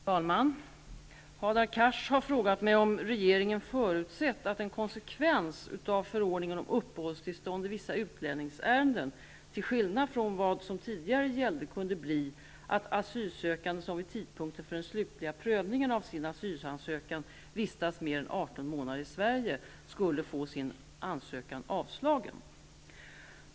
Fru talman! Hadar Cars har frågat mig om regeringen förutsett att en konsekvens av förordningen om uppehållstillstånd i vissa utlänningsärenden -- till skillnad från vad som tidigare gällt -- kunde bli, att asylsökande som vid tidpunkten för den slutliga prövningen av sin asylansökan vistats mer än arton månader i Sverige, skulle få sin ansökan avslagen.